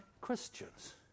Christians